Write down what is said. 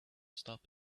stop